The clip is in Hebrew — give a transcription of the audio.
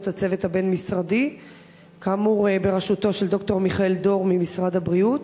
הצוות הבין-משרדי בראשותו של ד"ר מיכאל דור ממשרד הבריאות?